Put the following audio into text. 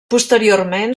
posteriorment